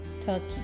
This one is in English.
Turkey